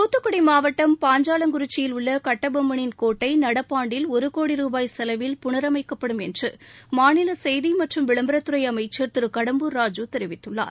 துத்துக்குடி மாவட்டம் பாஞ்சாவங்குறிச்சியில் உள்ள கட்டபொம்மனின் கோட்டை நடப்பு ஆண்டில் ஒரு கோடி ரூபாய் செலவில் புனரமைக்கப்படும் என்று மாநில செய்தி மற்றும் விளம்பரத்துறை அமைச்சர் திரு கடம்பூர் ராஜு தெரிவித்துள்ளார்